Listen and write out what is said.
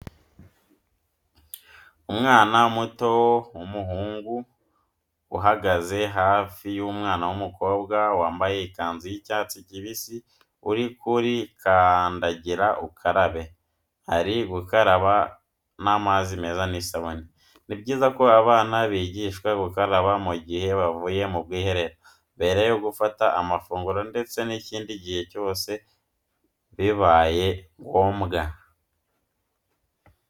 Umwana muto w'umuhungu uhagaze haafi y'umwana w'umukobwa wamabaye ikanzu y'icyatsi kibisi uri kuri kandagira ukarabe ari gukaraba n'amazi meza n'isabune. Ni byiza ko abana bigishwa gukaraba mu gihe bavuye mu bwiherero, mbere yo gufata amafunguro ndetse n'ikindi gihe cyose bibaye ngombwa.